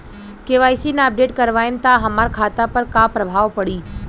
KYC ना update करवाएम त हमार खाता पर का प्रभाव पड़ी?